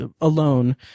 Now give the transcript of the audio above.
alone